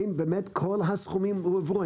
האם באמת כל הסכומים הועברו?